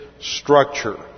structure